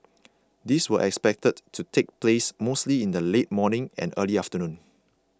these were expected to take place mostly in the late morning and early afternoon